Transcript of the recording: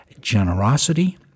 generosity